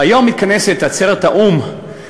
והיום מתכנסת עצרת האו"ם,